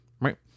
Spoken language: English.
Right